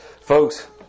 Folks